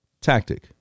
tactic